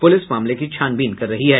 police मामले की छानबीन कर रही है